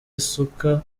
isuka